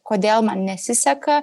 kodėl man nesiseka